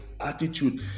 attitude